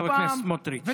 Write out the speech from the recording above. חבר הכנסת סמוטריץ'.